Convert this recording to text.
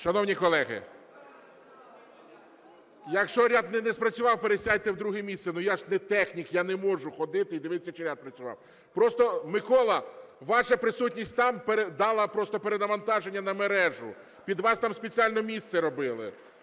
Шановні колеги, якщо ряд не спрацював, пересядьте в друге місце, я ж не технік, я не можу ходити і дивитися, чи ряд спрацював. Просто, Микола, ваша присутність там дала просто перенавантаження на мережу, під вас там спеціально місце робили.